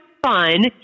fun